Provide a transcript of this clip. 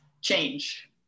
change